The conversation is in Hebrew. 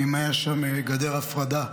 אם הייתה שם גדר הפרדה.